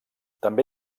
també